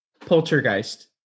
Poltergeist